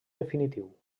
definitiu